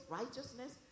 righteousness